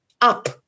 up